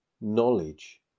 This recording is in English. knowledge